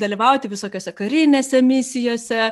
dalyvauti visokiose karinėse misijose